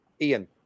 Ian